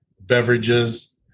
beverages